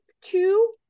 two